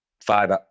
five